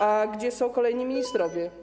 A gdzie są kolejni ministrowie?